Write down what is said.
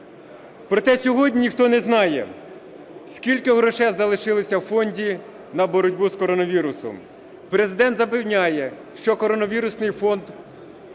Проте сьогодні ніхто не знає, скільки грошей залишилося в фонді на боротьбу з коронавірусом. Президент запевняє, що коронавірусний фонд